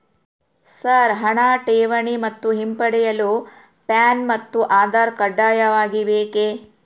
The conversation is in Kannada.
ಸರ್ ಹಣ ಠೇವಣಿ ಮತ್ತು ಹಿಂಪಡೆಯಲು ಪ್ಯಾನ್ ಮತ್ತು ಆಧಾರ್ ಕಡ್ಡಾಯವಾಗಿ ಬೇಕೆ?